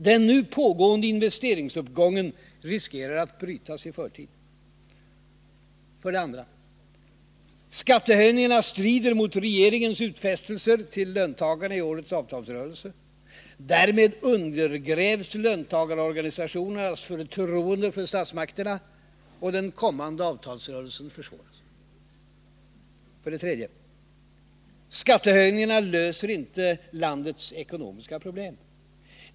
Den nu pågående investeringsuppgången riskerar att brytas i förtid. För det andra: Skattehöjningarna strider mot regeringens utfästelser till löntagarna i årets avtalsrörelse. Därmed undergrävs löntagarorganisationernas förtroende för statsmakterna, och den kommande avtalsrörelsen försvåras. För det tredje: Skattehöjningarna löser inte landets ekonomiska problem.